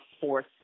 fourth